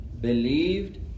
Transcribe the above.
believed